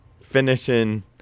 Finishing